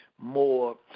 more